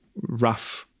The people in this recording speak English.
rough